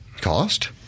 Cost